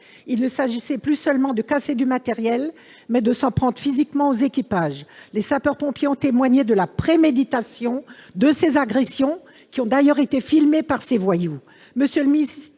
Il s'agissait non plus seulement de casser du matériel, mais de s'en prendre physiquement aux équipages. Les sapeurs-pompiers ont témoigné de la préméditation de ces agressions, qui ont d'ailleurs été filmées par ces voyous.